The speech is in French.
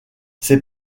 ses